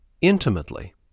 intimately